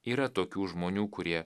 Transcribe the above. yra tokių žmonių kurie